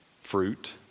Fruit